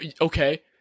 okay